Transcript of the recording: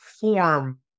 form